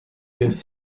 this